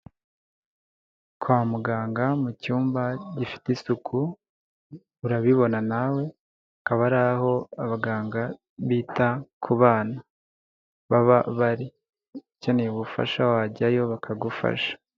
Kwa muganga mu cyumba gifite isuku urabibona nawe. Hkaba ari aho abaganga bita ku bana baba bari. Ukeneye ubufasha wajyayo bakagufasha.